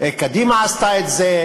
קדימה עשתה את זה,